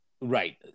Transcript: Right